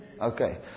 Okay